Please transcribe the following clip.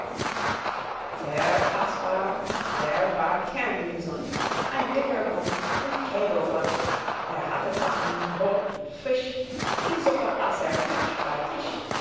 der kaspar der war kerngesund ein dicker bub und kugelrund er hatte backen rot und frisch die suppe aß er hübsch bei tisch